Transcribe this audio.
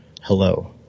Hello